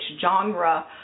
genre